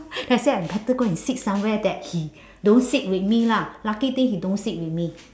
then I say I better go and sit somewhere that he don't sit with me lah lucky thing he don't sit with me